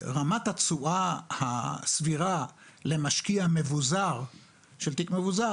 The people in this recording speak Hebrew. שרמת התשואה הסבירה למשקיע של תיק מבוזר,